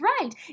right